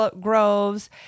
groves